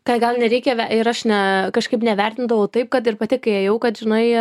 ką gal nereikia ir aš ne kažkaip nevertindavau taip kad ir pati kai ėjau kad žinai